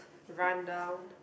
run-down